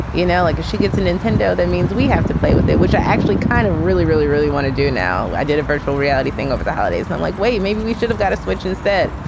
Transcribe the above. you know, like she gets a nintendo. that means we have to play with it, which i actually kind of really, really, really want to do now. i did a virtual reality thing over the holidays. but i'm like, wait, maybe we should have got a switch instead.